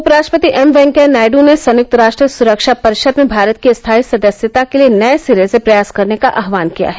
उपराष्ट्रपति एम वेंकैया नायडू ने संयुक्त राष्ट्र सुरक्षा परिषद् में भारत की स्थायी सदस्यता के लिए नये सिरे से प्रयास करने का आह्वान किया है